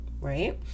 right